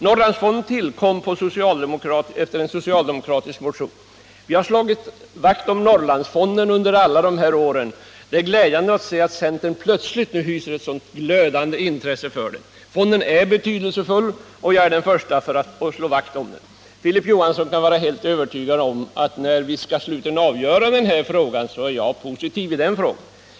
Norrlandsfonden tillkom efter en socialdemokratisk motion. Vi har slagit vakt om fonden under alla de här åren. Det är glädjande att se att centern nu plötsligt hyser ett sådant glödande intresse för den. Fonden är betydelsefull, och jag är den förste att slå vakt om den. Filip Johansson kan vara helt övertygad om att när vi slutligen skall avgöra frågan om Norrlandsfonden, då är jag positiv.